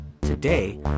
Today